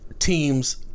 Teams